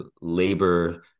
labor